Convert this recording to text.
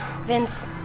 Vince